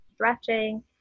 stretching